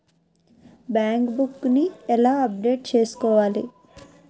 Bank book నీ ఎలా update చేసుకోవాలి?